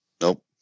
Nope